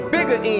Bigger